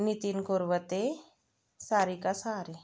Nitin Kurwate Sarika Sahare